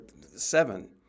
seven